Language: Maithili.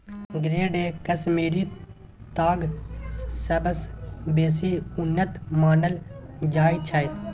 ग्रेड ए कश्मीरी ताग सबसँ बेसी उन्नत मानल जाइ छै